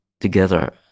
together